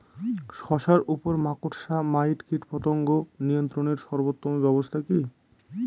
শশার উপর মাকড়সা মাইট কীটপতঙ্গ নিয়ন্ত্রণের সর্বোত্তম ব্যবস্থা কি?